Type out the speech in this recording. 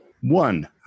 One